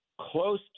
close